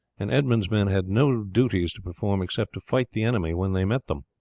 and edmund's men had no duties to perform except to fight the enemy when they met them.